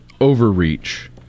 overreach